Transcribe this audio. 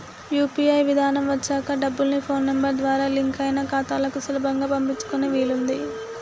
UPI విధానం వచ్చాక డబ్బుల్ని ఫోన్ నెంబర్ ద్వారా లింక్ అయిన ఖాతాలకు సులభంగా పంపించుకునే వీలుంది